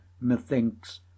methinks